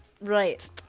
Right